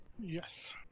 Yes